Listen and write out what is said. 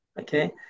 okay